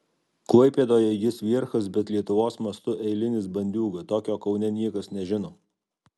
klaipėdoje jis vierchas bet lietuvos mastu eilinis bandiūga tokio kaune niekas nežino